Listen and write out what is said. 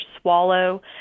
swallow